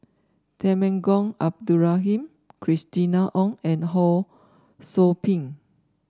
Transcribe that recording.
Temenggong Abdul Rahman Christina Ong and Ho Sou Ping